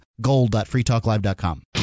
gold.freetalklive.com